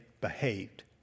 behaved